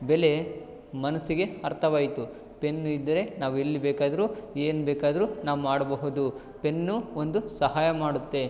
ಬೆಲೆ ಮನಸ್ಸಿಗೆ ಅರ್ಥವಾಯಿತು ಪೆನ್ ಇದ್ದರೆ ನಾವೆಲ್ಲಿ ಬೇಕಾದರೂ ಏನು ಬೇಕಾದರೂ ನಾವು ಮಾಡಬಹುದು ಪೆನ್ನು ಒಂದು ಸಹಾಯ ಮಾಡುತ್ತೆ